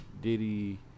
Diddy